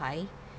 high